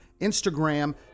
Instagram